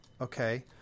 okay